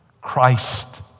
Christ